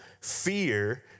fear